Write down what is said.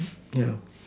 yeah